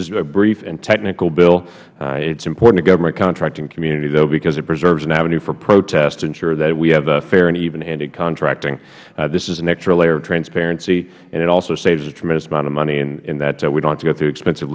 is a brief and technical bill it is important to the government contracting community though because it preserves an avenue for protests to ensure that we have fair and evenhanded contracting this is an extra layer of transparency and it also saves a tremendous amount of money in that we don't have to go through expensive